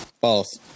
False